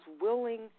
willing